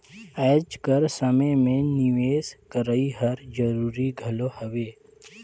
आएज कर समे में निवेस करई हर जरूरी घलो हवे